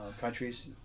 countries